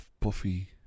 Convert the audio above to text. puffy